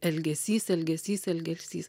elgesys elgesys elgesys